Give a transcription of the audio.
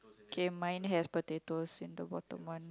K mine has potatoes in the bottom one